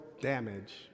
damage